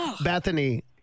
Bethany